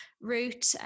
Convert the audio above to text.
route